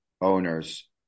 owners